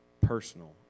personal